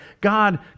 God